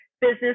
business